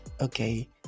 Okay